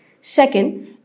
Second